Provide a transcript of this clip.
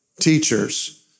Teachers